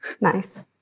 Nice